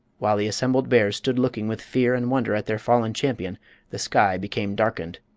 while the assembled bears stood looking with fear and wonder at their fallen champion the sky became darkened.